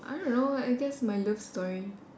I don't know I guess my love story